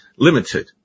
limited